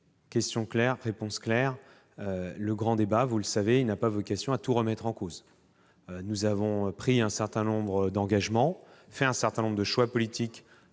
question claire, réponse claire : le grand débat n'a pas vocation à tout remettre en cause. Nous avons pris un certain nombre d'engagements, fait un certain nombre de choix politiques